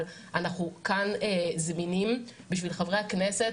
אבל אנחנו כאן זמינים בשביל חברי הכנסת.